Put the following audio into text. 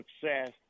success